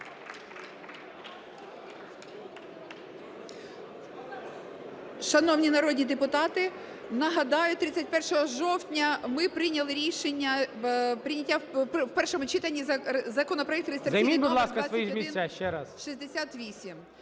Шановні народні депутати, нагадаю, 31 жовтня ми прийняли рішення про прийняття в першому читанні законопроекту реєстраційний номер 2168.